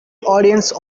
audience